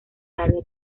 tarde